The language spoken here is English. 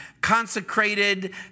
consecrated